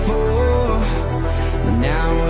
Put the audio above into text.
Now